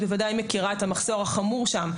את בוודאי מכירה את המחסור החמור שם,